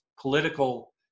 political